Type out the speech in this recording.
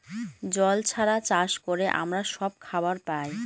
জল ছাড়া চাষ করে আমরা সব খাবার পায়